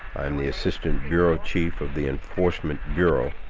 i am the assistant bureau chief of the enforcement bureau,